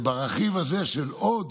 זה ברכיב הזה של עוד